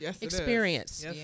experience